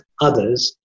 others